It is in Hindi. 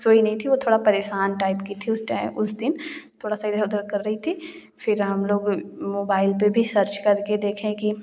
सोई नहीं थी वह थोड़ा परेशान टाइप की थी उस टा उस दिन थोड़ा सा इधर उधर कर रही थी फ़िर हम लोग मोबाइल पर भी सर्च करके देखें की